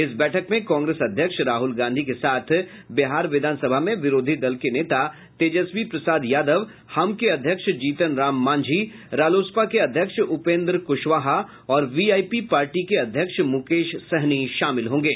इस बैठक में कांग्रेस अध्यक्ष राहल गांधी के साथ बिहार विधान सभा में विरोधी दल के नेता तेजस्वी प्रसाद यादव हम के अध्यक्ष जीतन राम मांझी रालोसपा के अध्यक्ष उपेंद्र कुशवाहा और वीआईपी पार्टी के अध्यक्ष मुकेश सहनी शामिल होंगे